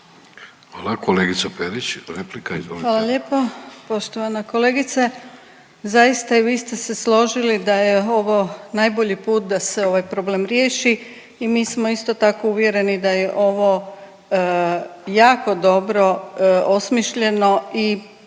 Izvolite. **Perić, Grozdana (HDZ)** Hvala lijepa. Poštovana kolegice zaista i vi ste se složili da je ovo najbolji put da se ovaj problem riješi i mi smo isto tako uvjereni da je ovo jako dobro osmišljeno i po